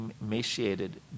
emaciated